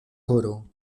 koro